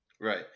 Right